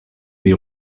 die